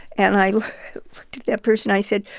and i looked at that person, i said,